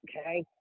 okay